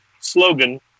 slogan